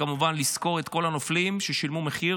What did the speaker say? וכמובן לזכור את כל הנופלים ששילמו את המחיר